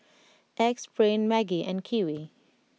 Axe Brand Maggi and Kiwi